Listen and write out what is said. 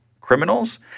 criminals